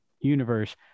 universe